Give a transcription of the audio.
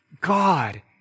God